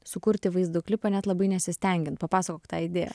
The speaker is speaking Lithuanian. sukurti vaizdo klipą net labai nesistengiant papasakok tą idėją